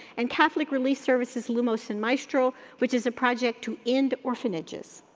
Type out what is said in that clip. and catholic relief services lumos and maestral, which is a project to end orphanages.